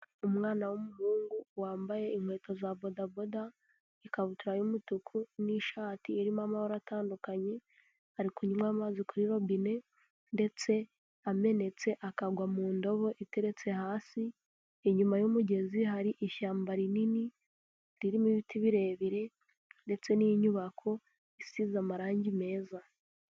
Umwana w'umuhungu wambaye inkweto za bodaboda, ikabutura y'umutuku n'ishati irimo amabara atandukanye ari kunywa amazi kuri robine ndetse amenetse akagwa mu ndobo iteretse hasi, inyuma y'umugezi hari ishyamba rinini ririmo ibiti birebire ndetse n'inyubako isize amarangi meza.